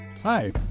Hi